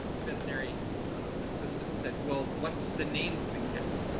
veterinary assistant said well what's the name of the cat?